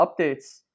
updates